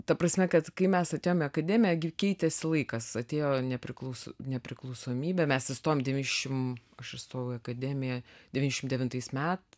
ta prasme kad kai mes atėjom į akademiją gi keitėsi laikas atėjo nepriklaus nepriklausomybė mes įstojom devyniasdešimt aš įstojau į akademiją devyniasdešimt devinais met